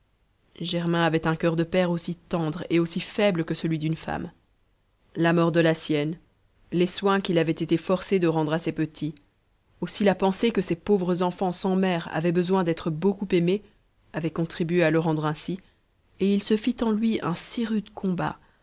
germain avait un cur de père aussi tendre et aussi faible que celui d'une femme la mort de la sienne les soins qu'il avait été forcé de rendre seul à ses petits aussi la pensée que ces pauvres enfants sans mère avaient besoin d'être beaucoup aimés avaient contribué à le rendre ainsi et il se fit en lui un si rude combat